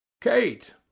Kate